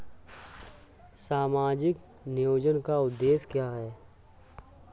सामाजिक नियोजन का उद्देश्य क्या है?